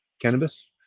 cannabis